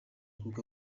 kuko